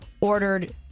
ordered